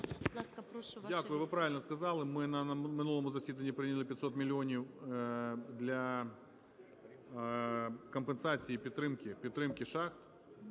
Дякую. Ви правильно сказали. Ми на минулому засіданні прийняли 500 мільйонів для компенсації і підтримки, підтримки